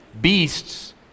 Beasts